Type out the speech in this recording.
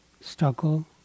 struggle